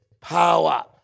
power